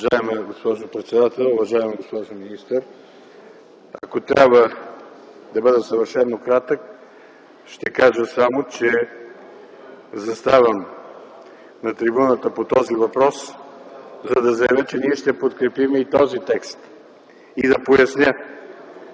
Уважаема госпожо председател, уважаема госпожо министър! Ако трябва да бъда съвършено кратък, ще кажа само, че заставам на трибуната по този въпрос, за да заявя, че ние ще подкрепим и този текст и да поясня,